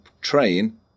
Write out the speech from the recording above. train